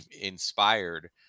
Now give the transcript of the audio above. inspired